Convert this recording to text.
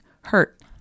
hurt